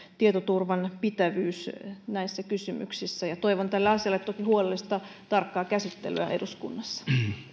tietoturvan pitävyys näissä kysymyksissä ja toivon tälle asialle toki huolellista tarkkaa käsittelyä eduskunnassa